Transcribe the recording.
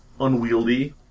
Unwieldy